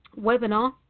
webinar